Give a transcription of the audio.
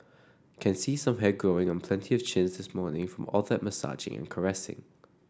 can see some hair growing on plenty of chins this morning in from all that massaging and caressing